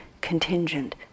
contingent